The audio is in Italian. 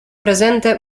presente